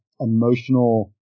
emotional